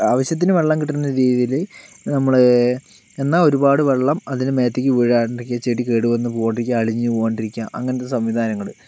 ആവശ്യത്തിന് വെള്ളം കിട്ടുന്ന രീതിയിൽ നമ്മൾ എന്നാൽ ഒരുപാട് വെള്ളം അതിന് മേത്തേക്ക് വീഴാണ്ടിരിക്കാൻ ചെടി കേടുവന്ന് പോവാണ്ടിരിക്കാൻ അളിഞ്ഞു പോവാണ്ടിരിക്കാൻ അങ്ങനത്തെ സംവിധാനങ്ങൾ